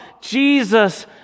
Jesus